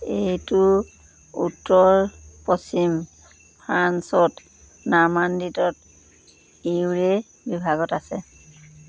এইটো উত্তৰ পশ্চিম ফ্ৰান্সত নাৰ্মাণ্ডিতত ইউৰে বিভাগত আছে